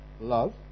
love